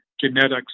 genetics